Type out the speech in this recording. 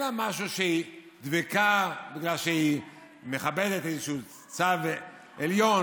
אין לה משהו שהיא דבקה בו בגלל שהיא מכבדת איזשהו צו עליון.